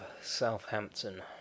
Southampton